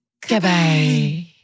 Goodbye